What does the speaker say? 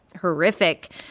horrific